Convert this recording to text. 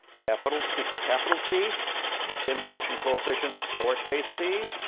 capital c capital c skin friction coefficient lower case c,